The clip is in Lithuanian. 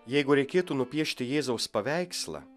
jeigu reikėtų nupiešti jėzaus paveikslą